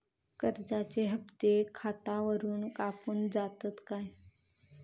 कर्जाचे हप्ते खातावरून कापून जातत काय?